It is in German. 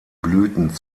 blüten